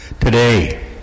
today